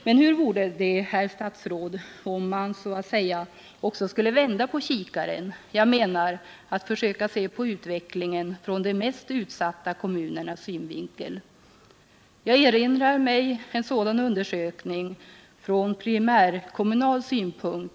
Men hur vore det, herr statsråd, om man så att säga också skulle vända på kikaren och försöka se på utvecklingen ur de mest utsatta kommunernas synvinkel? Jag erinrar mig en sådan undersökning, där problemen belystes från primärkommunal synpunkt.